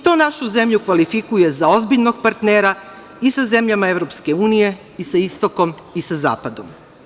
To našu zemlju kvalifikuje za ozbiljnog partnera i sa zemljama EU, i sa istokom, i sa zapadom.